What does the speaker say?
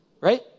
right